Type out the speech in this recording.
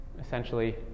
essentially